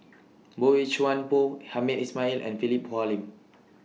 Boey Chuan Poh Hamed Ismail and Philip Hoalim